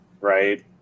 right